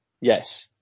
Yes